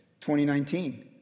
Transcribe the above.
2019